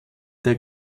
der